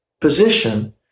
position